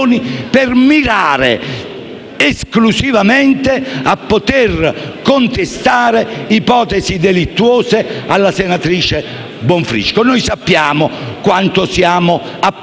per mirare esclusivamente a poter contestare ipotesi delittuose alla senatrice Bonfrisco. Noi sappiamo quanto siamo "appetibili"